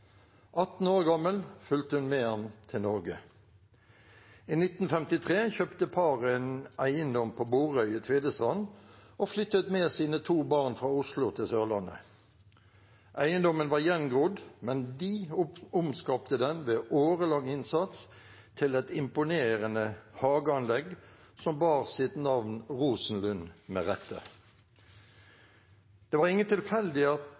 18 år gammel fulgte hun med ham til Norge. I 1953 kjøpte paret en eiendom på Borøya i Tvedestrand og flyttet med sine to barn fra Oslo til Sørlandet. Eiendommen var gjengrodd, men de omskapte den ved årelang innsats til et imponerende hageanlegg som bar sitt navn «Rosenlund» med rette. Det var ingen tilfeldighet at